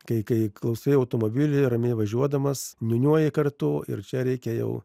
kai kai klausai automobilyje ramiai važiuodamas niūniuoji kartu ir čia reikia jau